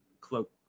cloak